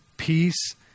Peace